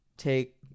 take